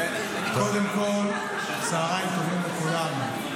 קודם כול, צוהריים טובים לכולם.